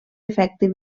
efecte